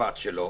מהמשפט שלו